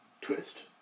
twist